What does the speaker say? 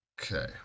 okay